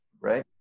Right